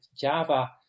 java